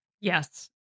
Yes